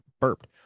burped